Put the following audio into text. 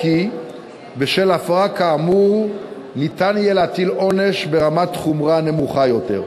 או כי בשל הפרה כאמור ניתן יהיה להטיל עונש ברמת חומרה נמוכה יותר,